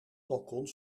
balkon